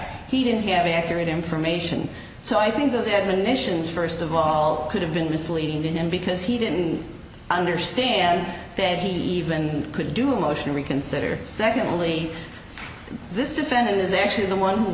he didn't have accurate information so i think those admonitions first of all could have been misleading to him because he didn't understand that he even could do a motion to reconsider secondly this defendant is actually the one who